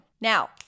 Now